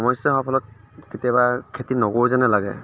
সমস্য়া হোৱা ফলত কেতিয়াবা খেতি নকৰোঁ যেনেই লাগে